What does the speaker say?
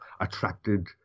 attracted